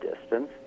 distance